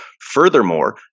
Furthermore